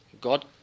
God